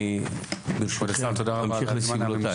אני ברשותכם ממשיך לסבלותיי.